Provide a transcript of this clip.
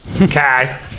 Okay